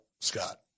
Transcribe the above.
Scott